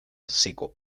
seco